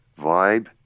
vibe